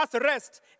rest